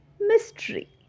mystery